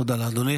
תודה לאדוני.